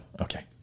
Okay